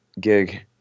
gig